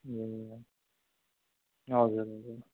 ए हजुर